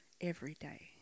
everyday